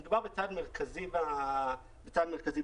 מדובר בצעד מרכזי ברפורמה.